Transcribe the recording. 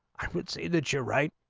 um could say that your right